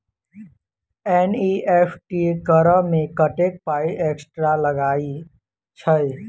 NEFT करऽ मे कत्तेक पाई एक्स्ट्रा लागई छई?